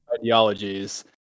ideologies